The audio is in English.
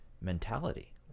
mentality